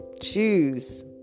choose